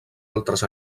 altres